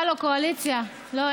הלו, קואליציה, לא?